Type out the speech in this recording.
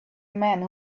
man